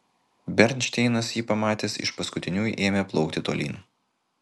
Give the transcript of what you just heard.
bernšteinas jį pamatęs iš paskutiniųjų ėmė plaukti tolyn